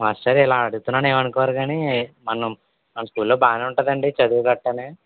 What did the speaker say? master ఇలా అడుగుతున్నాని ఏమీ అనుకోరు కానీ మనం మన స్కూల్లో బాగానే ఉంటుందాండి చదువు గట్రా